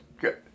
good